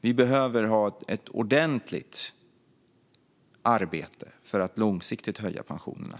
Vi behöver ha ett ordentligt arbete för att långsiktigt höja pensionerna.